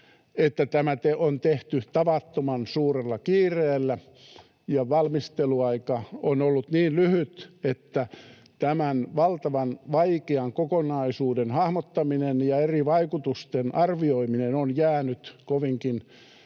tämä on tehty tavattoman suurella kiireellä ja valmisteluaika on ollut niin lyhyt, että tämän valtavan, vaikean kokonaisuuden hahmottaminen ja eri vaikutusten arvioiminen on jäänyt kovinkin